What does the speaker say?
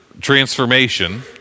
transformation